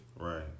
Right